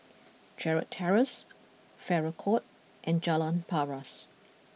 Gerald Terrace Farrer Court and Jalan Paras